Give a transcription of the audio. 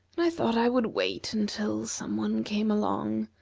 and i thought i would wait until some one came along.